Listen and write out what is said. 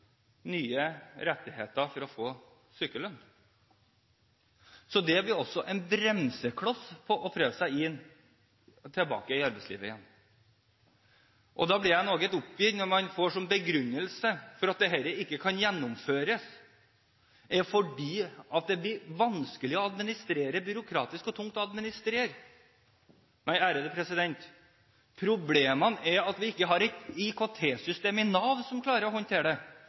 nye rettigheter for å få sykelønn. Så det blir også en bremsekloss for å prøve seg i arbeidslivet igjen. Jeg blir noe oppgitt når man får som begrunnelse for at dette ikke kan gjennomføres, at det blir byråkratisk og tungt å administrere. Nei, problemet er at vi ikke har et IKT-system i Nav som klarer å håndtere det.